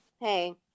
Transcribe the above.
hey